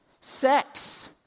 sex